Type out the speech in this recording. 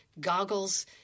goggles